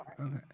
Okay